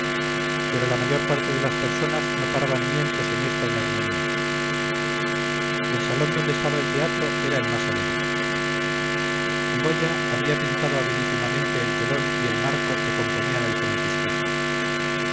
pero la mayor parte de las personas no paraban mientes en esta inarmonía el salón donde estaba el teatro era el más alegre goya había pintado habilísimamente el telón y el marco que componían el